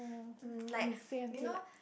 um like you know